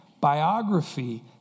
biography